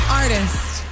artist